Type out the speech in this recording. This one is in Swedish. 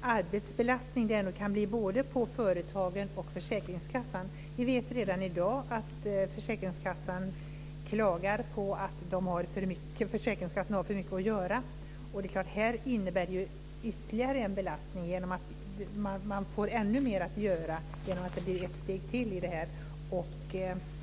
arbetsbelastning det kan bli på både företagen och försäkringskassorna. Vi vet redan i dag att försäkringskassorna klagar på att de har för mycket att göra. Det här innebär ytterligare en belastning eftersom de får ännu mer att göra genom att det blir ett steg till i detta.